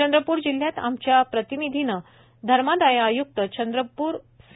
चंद्रपूर जिल्ह्यात आमच्या प्रतिनिधीने सहाय्यक धर्मादाय आय्क्त चंद्रपूर सी